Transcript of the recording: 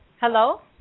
Hello